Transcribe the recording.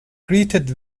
greeted